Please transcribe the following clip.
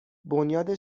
بنیاد